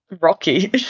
Rocky